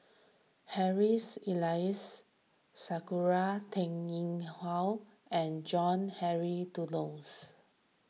Harrys Elias Sakura Teng Ying Hua and John Henry Duclos